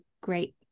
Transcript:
great